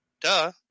Duh